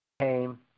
came